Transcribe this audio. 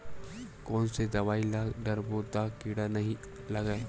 कोन से दवाई ल डारबो त कीड़ा नहीं लगय?